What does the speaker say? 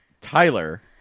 tyler